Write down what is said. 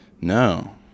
No